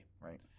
Right